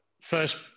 First